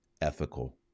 ethical